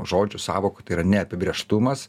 žodžių sąvokų tai yra neapibrėžtumas